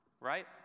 right